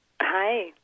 hi